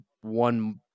one